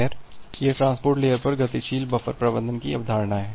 खैर यह transport layer पर गतिशील बफर प्रबंधन की अवधारणा है